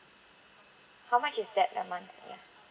how much is that a month ya